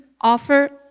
offer